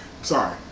Sorry